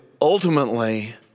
ultimately